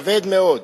כבד מאוד,